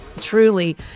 truly